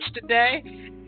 today